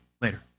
Later